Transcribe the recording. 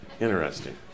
Interesting